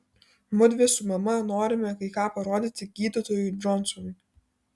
mudvi su mama norime kai ką parodyti gydytojui džonsonui